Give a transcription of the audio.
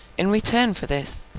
in return for this,